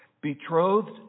betrothed